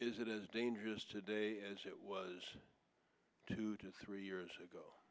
is it is dangerous today as it was two to three years ago